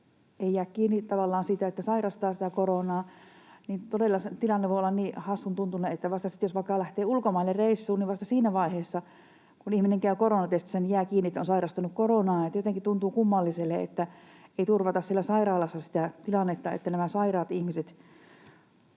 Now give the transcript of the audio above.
jää kiinni siitä, että sairastaa sitä koronaa, niin todella se tilanne voi olla niin hassun tuntuinen, että jos vaikka lähtee ulkomaille reissuun, niin vasta siinä vaiheessa, kun ihminen käy koronatestissä, jää kiinni, että on sairastunut koronaan. Jotenkin tuntuu kummalliselle, että ei turvata sairaalassa sitä tilannetta, että nämä sairaat ihmiset